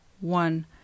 one